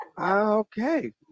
Okay